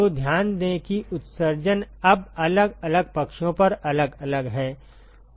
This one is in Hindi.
तो ध्यान दें कि उत्सर्जन अब अलग अलग पक्षों पर अलग अलग है